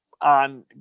On